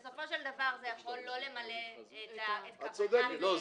כי בסופו של דבר זה יכול לא למלא את כוונת החקיקה.